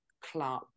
club